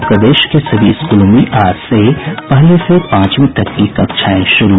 और प्रदेश के सभी स्कूलों में आज से पहली से पांचवीं तक की कक्षाएं शुरू